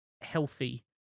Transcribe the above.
healthy